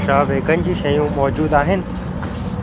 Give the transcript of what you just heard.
छा वीगन जूं शयूं मौजूदु आहिनि